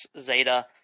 Zeta